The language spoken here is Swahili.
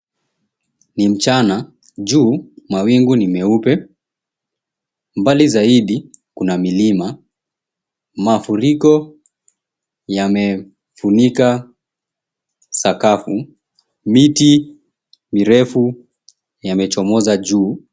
Ni mchana. Juu, mawingu ni meupe. Mbali zaidi, kuna milima. Mafuriko yamefunika sakafu. Miti mirefu yamechomoza juu.